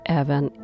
även